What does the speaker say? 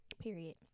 Period